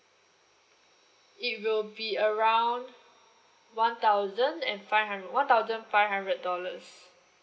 it will be around one thousand and five hundred one thousand five hundred dollars